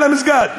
על המסגד.